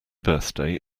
birthday